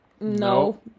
no